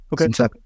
okay